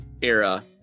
era